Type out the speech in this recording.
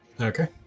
Okay